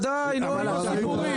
למה אין תור?